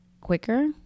quicker